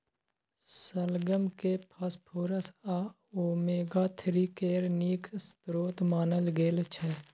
शलगम केँ फास्फोरस आ ओमेगा थ्री केर नीक स्रोत मानल गेल छै